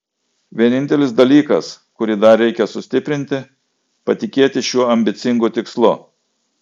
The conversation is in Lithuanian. vienintelis dalykas kurį dar reikia sustiprinti patikėti šiuo ambicingu tikslu